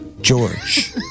George